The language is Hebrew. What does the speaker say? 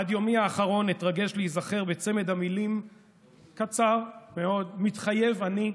עד יומי האחרון אתרגש להיזכר בצמד המילים הקצר מאוד "מתחייב אני",